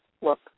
look